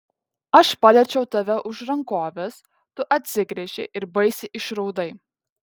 aš paliečiau tave už rankovės tu atsigręžei ir baisiai išraudai